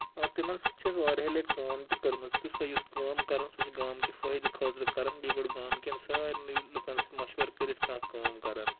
تِمن سۭتۍ چھِ اسہِ واریاہ لَٹہِ کٲم تہِ کٔرمٕژ تہٕ سۄ یۄس کٲم کران سۄ چھِ گامہٕ کہِ فٲیدٕ خٲطرٕ کران بیٚیہِ گۄڈٕ گامہٕ کٮ۪ن سارنٕے لُکن سۭتۍ مَشور کٔرِتھ کانٛہہ کٲم کَران